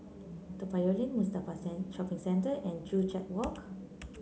Toa Payoh Lane Mustafa Shopping Centre and Joo Chiat Walk